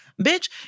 Bitch